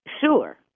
Sure